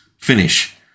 finish